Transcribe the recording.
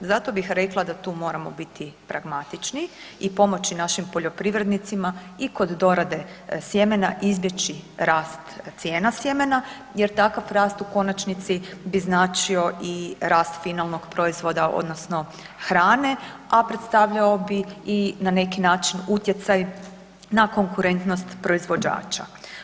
Zato bih rekla da tu moramo biti pragmatični i pomoći našim poljoprivrednicima i kod dorade sjemena izbjeći rast cijena sjemena jer takav rast u konačnici bi značio i rast finalnog proizvoda odnosno hrane a predstavljao bi i na neki način utjecaj na konkurentnost proizvođača.